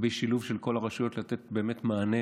לגבי שילוב של כל הרשויות לתת מענה,